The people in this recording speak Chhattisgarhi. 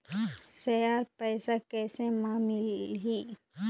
शेयर पैसा कैसे म मिलही?